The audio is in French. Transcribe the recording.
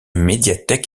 médiathèque